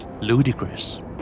Ludicrous